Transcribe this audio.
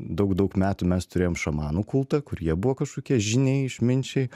daug daug metų mes turėjom šamanų kultą kur jie buvo kažkokie žyniai išminčiai